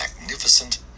magnificent